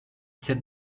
sed